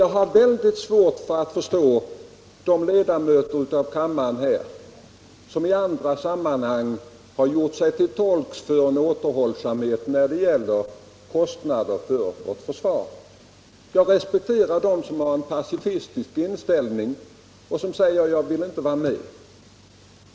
Jag har också svårt att förstå dessa ledamöter i kammaren från folkpartiet och centern som nu kommer med detta förslag, samtidigt som man i andra sammanhang gjort sig till tolk för en återhållsamhet när det gäller kostnaderna för vårt försvar. Jag respekterar dem som har en pacifistisk inställning och som säger att de inte vill vara med.